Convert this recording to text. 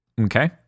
Okay